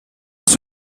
als